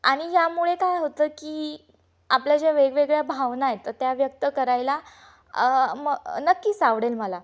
आणि ह्यामुळे काय होतं की आपल्या ज्या वेगवेगळ्या भावना आहेत तर त्या व्यक्त करायला म नक्कीच आवडेल मला